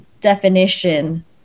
definition